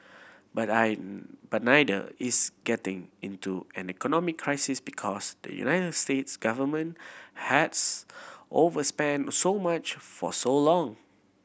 but I but neither is getting into an economic crisis because the United States government has overspent so much for so long